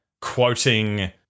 quoting